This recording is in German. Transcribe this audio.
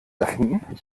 erfinden